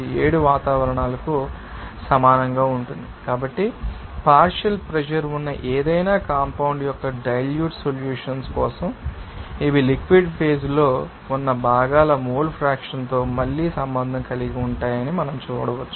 7 వాతావరణాలకు సమానంగా ఉంటుంది కాబట్టి పార్షియల్ ప్రెషర్ ఉన్న ఏదైనా కాంపౌండ్ యొక్క డైల్యూట్ సొల్యూషన్స్ కోసం ఇవి లిక్విడ్ ఫేజ్ లో ఉన్న భాగాల మోల్ ఫ్రాక్షన్ తో మళ్లీ సంబంధం కలిగి ఉంటాయని మనం చూడవచ్చు